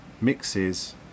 mixes